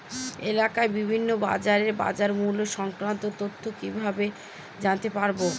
এলাকার বিভিন্ন বাজারের বাজারমূল্য সংক্রান্ত তথ্য কিভাবে জানতে পারব?